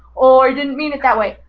oh, i didn't mean it that way.